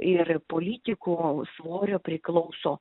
ir politikų svorio priklauso